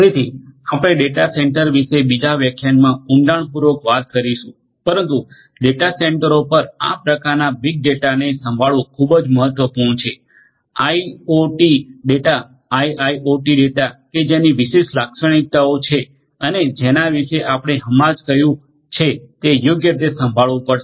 તેથી આપણે data center વિશે બીજા વ્યાખ્યાનમાં ઉડાણપૂર્વક વાત કરીશું પરંતુ ડેટા સેન્ટરો પર આ પ્રકારના બીગ ડેટાને સંભાળવું ખૂબ જ મહત્વપૂર્ણ છે આઇઓટી ડેટા આઇઆઇઓટી ડેટા કે જેની વિશેષ લાક્ષણિકતાઓ છે અને જેના વિશે આપણે હમણાં કહ્યું છે તે યોગ્ય રીતે સંભાળવું પડશે